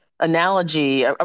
analogy